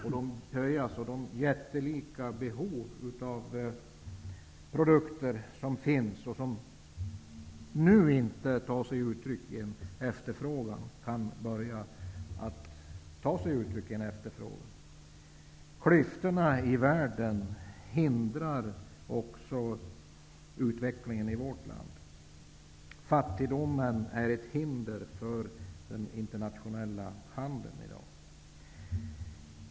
Det handlar ju om jättelika behov av produkter. Där behoven nu inte tar sig uttryck i en efterfrågan kan det bli en början till en sådan utveckling. Klyftorna i världen hindrar också utvecklingen i vårt land. Fattigdomen är nämligen ett hinder för den internationella handeln i dag.